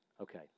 Okay